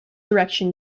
direction